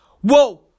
Whoa